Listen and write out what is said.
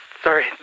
sorry